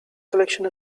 collection